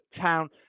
Town